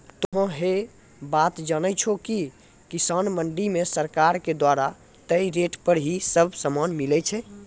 तोहों है बात जानै छो कि किसान मंडी मॅ सरकार के द्वारा तय रेट पर ही सब सामान मिलै छै